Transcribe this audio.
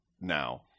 now